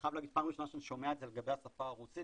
פעם ראשונה שאני שומע את זה לגבי השפה הרוסית.